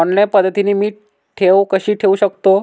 Online पद्धतीने मी ठेव कशी ठेवू शकतो?